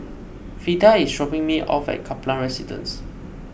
Frida is dropping me off at Kaplan Residence